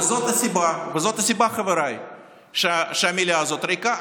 וזאת הסיבה, חבריי, שהמליאה הזאת ריקה.